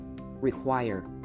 require